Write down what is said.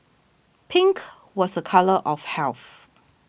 pink was a colour of health